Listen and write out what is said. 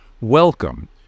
Welcome